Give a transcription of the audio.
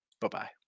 Bye-bye